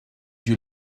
you